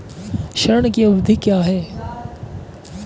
ऋण की अवधि क्या है?